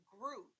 group